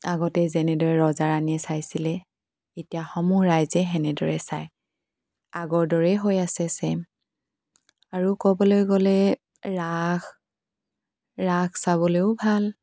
আগতে যেনেদৰে ৰজা ৰাণীয়ে চাইছিলে এতিয়া সমূহ ৰাইজে সেনেদৰে চায় আগৰ দৰেই হৈ আছে ছেইম আৰু ক'বলৈ গ'লে ৰাস ৰাস চাবলৈয়ো ভাল